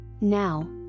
Now